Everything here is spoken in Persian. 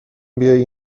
بیایی